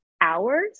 hours